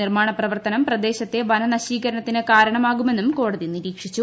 നിർമ്മാണ പ്രവർത്തനം പ്രദേശത്തെ വനനശീകരണത്തിന് കാരണമാകുമെന്നും കോടതി നിരീക്ഷിച്ചു